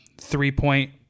three-point